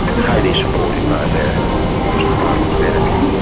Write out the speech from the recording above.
highly supported by the by the us department of energy.